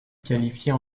qualifiée